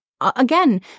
again